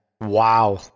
Wow